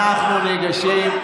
אנחנו ניגשים.